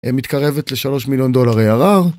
מתקרבת לשלוש מיליון דולר ARR.